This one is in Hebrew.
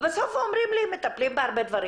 ובסוף אומרים לי מטפלים בהרבה דברים.